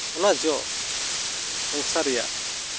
ᱚᱱᱟ ᱡᱚ ᱥᱚᱝᱥᱟᱨ ᱨᱮᱭᱟᱜ